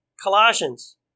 Colossians